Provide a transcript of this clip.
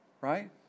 right